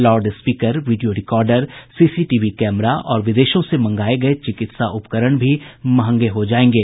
loudspeaker video recorder CCTV camera और विदेशों से मंगाये गये चिकित्सा उपकरण भी महंगे हो जायेंगे